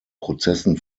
prozessen